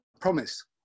promise